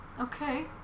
Okay